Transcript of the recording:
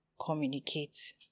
communicate